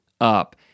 up